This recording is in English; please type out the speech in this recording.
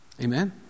Amen